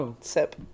sip